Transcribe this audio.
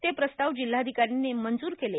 ते प्रस्ताव जिल्हाधिकाऱ्यांनी मंजूर केले